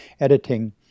editing